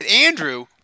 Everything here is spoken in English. Andrew